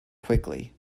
quickly